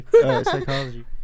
psychology